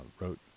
wrote